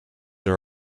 are